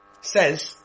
says